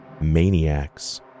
maniacs